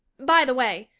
by the way,